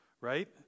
right